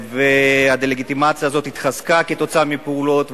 והדה-לגיטימציה הזאת התחזקה בגלל פעולות,